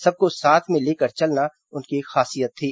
सबको साथ में लेकर चलना उनकी खासियत थी